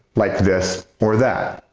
like this or that.